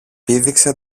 πήδηξε